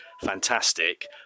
fantastic